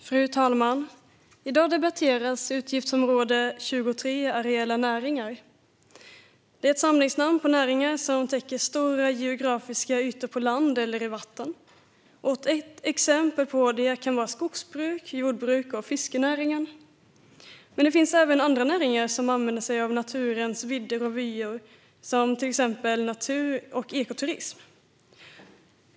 Fru talman! I dag debatteras utgiftsområde 23 Areella näringar. Det är ett samlingsnamn på näringar som täcker stora geografiska ytor på land eller i vatten. Exempel på areell näring är skogsbruk, jordbruk och fiskerinäringen. Det finns även näringar som använder sig av naturens vidder och vyer, till exempel natur och ekoturism.